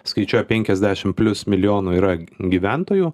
skaičiuoja penkiasdešim plius milijonų yra gyventojų